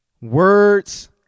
Words